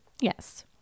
Yes